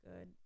good